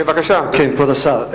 כן, כבוד השר.